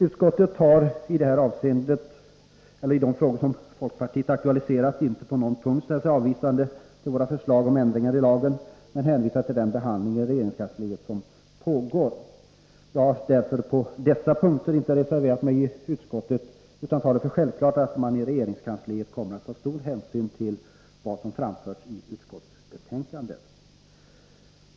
Utskottet har i de frågor som folkpartiet aktualiserat inte på någon punkt ställt sig avvisande till våra förslag om ändringar i lagen men hänvisat till det arbete i regeringskansliet som pågår. Jag har därför på dessa punkter inte reserverat mig i utskottet utan tar det som självklart att man i regeringskansliet kommer att ta stor hänsyn till vad som framförts i utskottsbetänkandet.